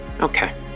Okay